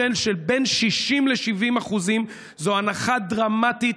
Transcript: שבין 60% ל-70% זה הנחה דרמטית,